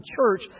church